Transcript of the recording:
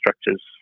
structures